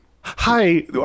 Hi